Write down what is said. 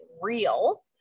real